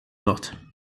lot